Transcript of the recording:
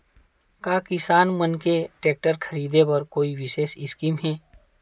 का किसान मन के टेक्टर ख़रीदे बर कोई विशेष स्कीम हे?